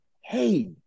Hey